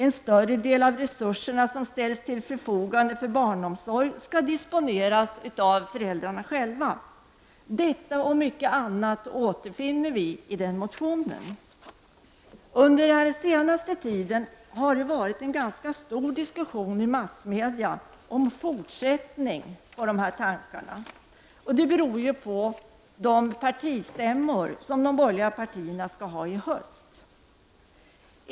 En större del av resurserna som ställs till förfogande för barnomsorg skall disponeras av föräldrarna själva. Detta och mycket annat återfinns i den motionen. Under den senaste tiden har det varit en ganska stor diskussion i massmedia om en fortsättning när det gäller dessa tankar. Det beror på de partistämmor som de borgerliga partierna skall ha i höst.